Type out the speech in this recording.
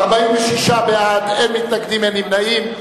בעד, 46, אין מתנגדים, אין נמנעים.